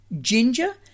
Ginger